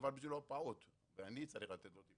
הדבר הזה בשבילו הוא פעוט, ואני צריך לתת לו.